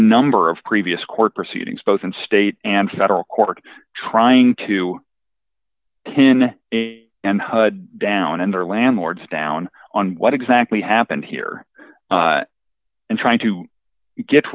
number of previous court proceedings both in state and federal court trying to pin and hud down and their landlords down on what exactly happened here and trying to get